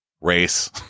race